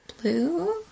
Blue